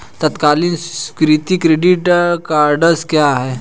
तत्काल स्वीकृति credit cards क्या हैं?